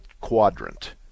quadrant